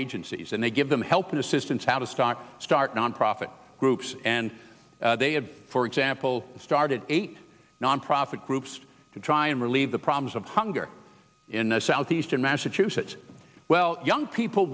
agencies and they give them help and assistance out of stock start nonprofit groups and they had for example started eight nonprofit groups to try and relieve the problems of hunger in the southeastern massachusetts well young people